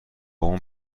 اون